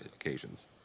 occasions